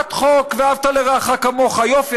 הצעת חוק "ואהבת לרעך כמוך" יופי.